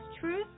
Truth